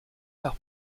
par